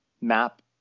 map